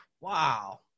Wow